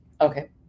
Okay